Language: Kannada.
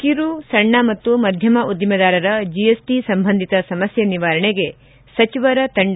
ಕಿರು ಸಣ್ಣ ಮತ್ತು ಮಧ್ದಮ ಉದ್ದಿಮೆದಾರರ ಜಿಎಸ್ಟ ಸಂಬಂಧಿತ ಸಮಸ್ಥೆ ನಿವಾರಣೆಗೆ ಸಚಿವರ ತಂಡ